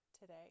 today